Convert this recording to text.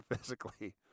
physically